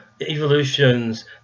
evolutions